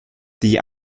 die